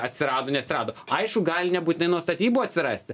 atsirado neatsirado aišku gali nebūtinai nuo statybų atsirasti